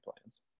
plans